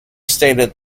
stated